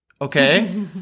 okay